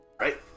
Right